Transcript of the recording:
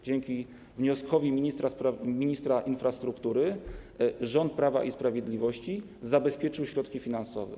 Dzięki wnioskowi ministra infrastruktury rząd Prawa i Sprawiedliwości zabezpieczył środki finansowe.